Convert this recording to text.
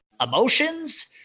emotions